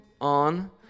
on